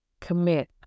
Commit